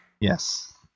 Yes